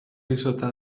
izotza